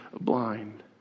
blind